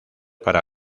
para